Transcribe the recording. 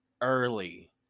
early